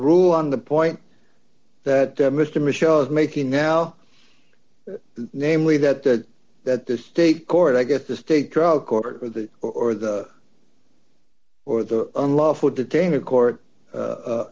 rule on the point that the mr michel is making now namely that that that the state court i get the state trial court for the or the or the unlawful detainer court